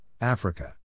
Africa